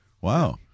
Wow